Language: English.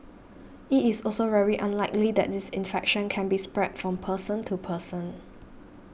it is also very unlikely that this infection can be spread from person to person